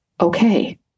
okay